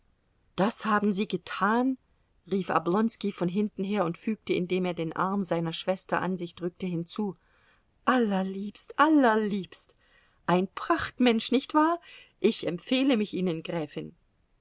das haben sie getan rief oblonski von hinten her und fügte indem er den arm seiner schwester an sich drückte hinzu allerliebst allerliebst ein prachtmensch nicht wahr ich empfehle mich ihnen gräfin